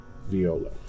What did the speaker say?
Viola